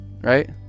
Right